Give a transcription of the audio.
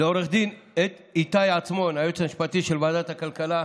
לעו"ד איתי עצמון, היועץ המשפטי של ועדת הכלכלה,